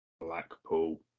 Blackpool